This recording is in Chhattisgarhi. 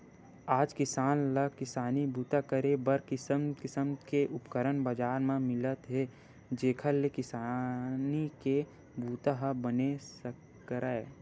आज किसान ल किसानी बूता करे बर किसम किसम के उपकरन बजार म मिलत हे जेखर ले किसानी के बूता ह बने सरकय